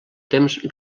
temps